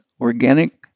organic